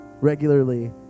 regularly